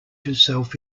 yourself